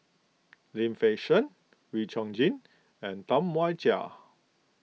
Lim Fei Shen Wee Chong Jin and Tam Wai Jia